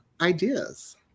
ideas